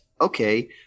okay